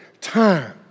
time